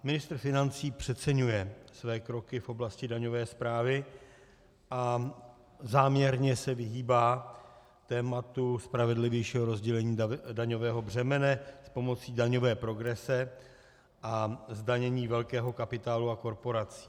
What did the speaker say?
Ministr financí přeceňuje své kroky v oblasti daňové správy a záměrně se vyhýbá tématu spravedlivějšího rozdělení daňového břemene s pomocí daňové progrese a zdanění velkého kapitálu a korporací.